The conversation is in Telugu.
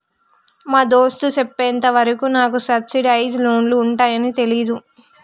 మా దోస్త్ సెప్పెంత వరకు నాకు సబ్సిడైజ్ లోన్లు ఉంటాయాన్ని తెలీదు